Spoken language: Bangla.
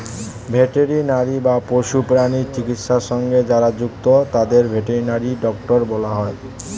ভেটেরিনারি বা পশু প্রাণী চিকিৎসা সঙ্গে যারা যুক্ত তাদের ভেটেরিনারি ডক্টর বলা হয়